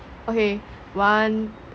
okay one